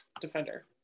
defender